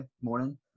morning